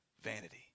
vanity